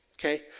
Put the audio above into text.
okay